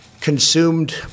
consumed